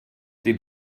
die